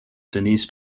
denise